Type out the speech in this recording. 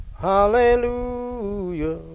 Hallelujah